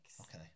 okay